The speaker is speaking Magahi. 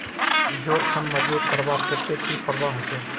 जोड़ खान मजबूत करवार केते की करवा होचए?